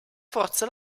forza